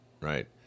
Right